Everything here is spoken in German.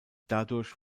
dadurch